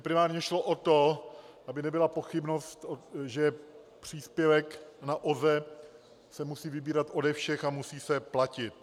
Primárně šlo o to, aby nebyla pochybnost, že příspěvek na OZE se musí vybírat ode všech a musí se platit.